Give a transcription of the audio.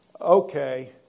Okay